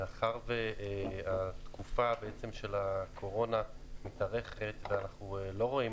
מאחר שהתקופה של הקורונה מתארכת ואנחנו לא רואים